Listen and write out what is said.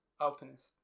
Alpinist